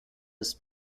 ist